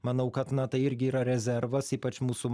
manau kad na tai irgi yra rezervas ypač mūsų